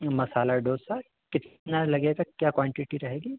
मसाला डोसा कितना लगेगा क्या क्वान्टिटी रहेगी